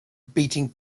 beating